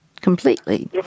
completely